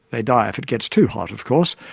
they die if it gets too hot, of course,